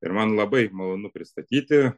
ir man labai malonu pristatyti